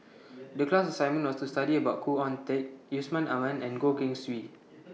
The class assignment was to study about Khoo Oon Teik Yusman Aman and Goh Keng Swee